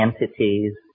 entities